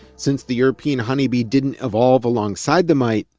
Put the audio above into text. since the european honeybee didn't evolve alongside the mite,